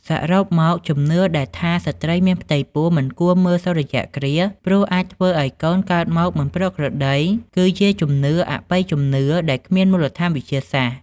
សរុបមក ជំនឿដែលថាស្ត្រីមានផ្ទៃពោះមិនគួរមើលសូរ្យគ្រាស ព្រោះអាចធ្វើឲ្យកូនកើតមកមិនប្រក្រតី គឺជាជំនឿអបិយជំនឿដែលគ្មានមូលដ្ឋានវិទ្យាសាស្ត្រ ។